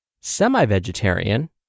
semi-vegetarian